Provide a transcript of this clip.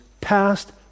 past